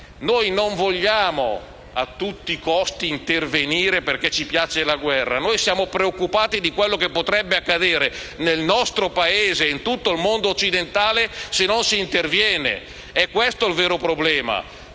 Noi non vogliamo a tutti i costi intervenire perché ci piace la guerra. Noi siamo preoccupati di ciò che potrebbe accadere nel nostro Paese e in tutto il mondo occidentale se non si interviene. È questo il vero problema.